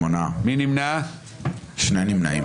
2 נמנעים.